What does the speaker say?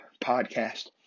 Podcast